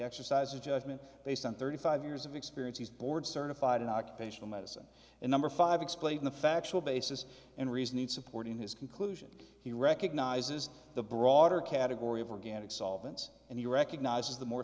exercise of judgment based on thirty five years of experience he's board certified in occupational medicine a number five explain the factual basis and reason in supporting his conclusion he recognizes the broader category of organic solvents and he recognizes the more